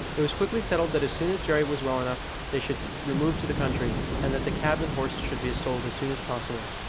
it was quickly settled that as soon as jerry was well enough they should remove to the country, and that the cab and horses should be sold as soon as possible.